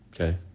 Okay